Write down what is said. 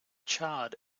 charred